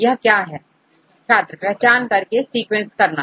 यह क्या है छात्र पहचान कर सीक्वेंस करना